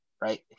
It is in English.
right